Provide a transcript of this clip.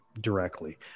directly